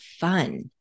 fun